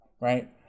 Right